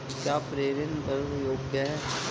क्या प्रेषण कर योग्य हैं?